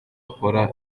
akora